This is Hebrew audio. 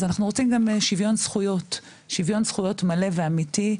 אז אנחנו רוצים גם שוויון זכויות מלא ואמיתי,